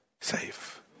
safe